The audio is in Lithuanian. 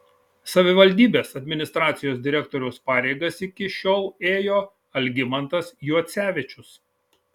savivaldybės administracijos direktoriaus pareigas iki šiol ėjo algimantas juocevičius